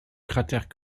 cratère